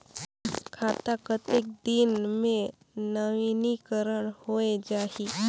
खाता कतेक दिन मे नवीनीकरण होए जाहि??